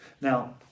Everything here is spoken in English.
Now